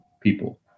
people